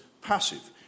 passive